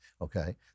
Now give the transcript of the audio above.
okay